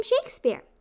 Shakespeare